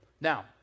Now